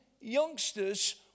youngsters